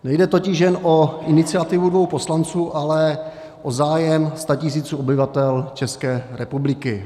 Nejde totiž jen o iniciativu dvou poslanců, ale o zájem statisíců obyvatel České republiky.